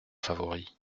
favori